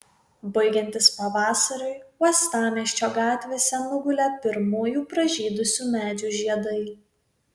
baigiantis pavasariui uostamiesčio gatvėse nugulė pirmųjų pražydusių medžių žiedai